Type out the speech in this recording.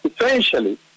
essentially